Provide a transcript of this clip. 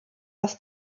das